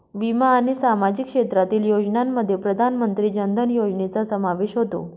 विमा आणि सामाजिक क्षेत्रातील योजनांमध्ये प्रधानमंत्री जन धन योजनेचा समावेश होतो